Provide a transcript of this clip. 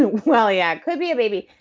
well, yeah, it could be a baby.